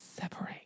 Separate